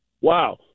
wow